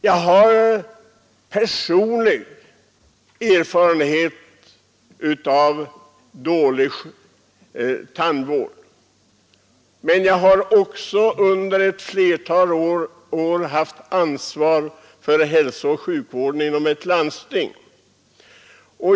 Jag har personlig erfarenhet av dålig tandvård, men jag har också under ett flertal år haft ansvar för hälsooch sjukvården inom ett landsting.